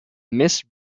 miss